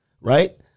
right